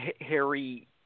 Harry